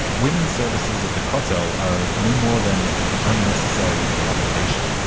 women's services at the kotel are no more than an unnecessary provocation.